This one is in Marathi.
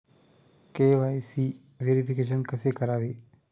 के.वाय.सी व्हेरिफिकेशन कसे करावे?